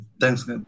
Thanks